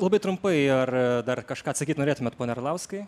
labai trumpai ar dar kažką atsakyt norėtumėt pone arlauskai